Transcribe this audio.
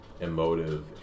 emotive